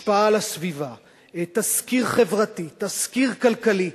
השפעה על הסביבה, תסקיר חברתי, תסקיר כלכלי.